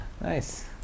Nice